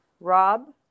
Rob